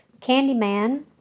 Candyman